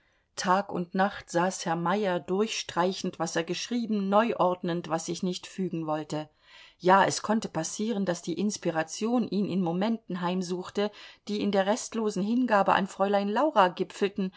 tag und nacht saß herr meyer durchstreichend was er geschrieben neu ordnend was sich nicht fügen wollte ja es konnte passieren daß die inspiration ihn in momenten heimsuchte die in der restlosen hingabe an fräulein laura gipfelten